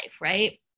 right